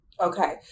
Okay